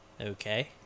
Okay